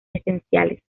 esenciales